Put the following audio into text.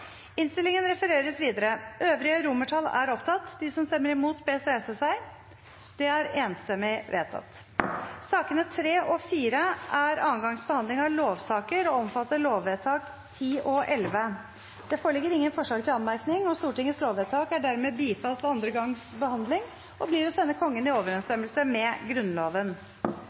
innstillingen. Det voteres over II, III, IV, V, VI, VII, VIII, IX, XI, XII, XIII, XIV, XV, XVI, XVII, XX, XXI og XXII. Sakene nr. 3 og 4 er andre gangs behandling av lovsaker og gjelder lovvedtakene 10 og 11. Det foreligger ingen forslag til anmerkning. Stortingets lovvedtak er dermed bifalt ved andre gangs behandling og blir å sende Kongen i overensstemmelse med Grunnloven.